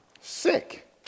sick